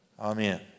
amen